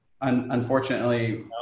unfortunately-